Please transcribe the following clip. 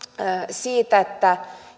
siitä että